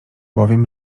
bowiem